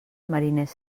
mariners